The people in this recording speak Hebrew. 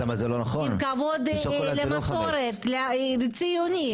עם מסורת ועם ציונות.